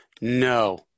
No